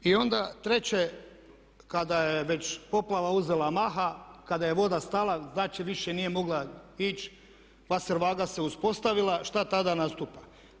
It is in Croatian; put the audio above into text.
I onda treće kada je već poplava uzela maha, kada je voda stala, znači više nije mogla ići, vaservaga se uspostavila šta tada nastupa?